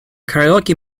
karaoke